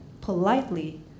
politely